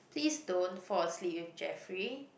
please don't fall asleep with Jeffrey